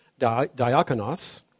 diakonos